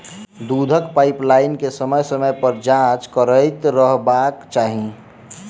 दूधक पाइपलाइन के समय समय पर जाँच करैत रहबाक चाही